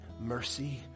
mercy